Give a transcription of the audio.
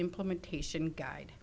implementation guide